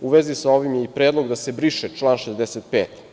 U vezi sa ovim je i predlog da se briše član 65.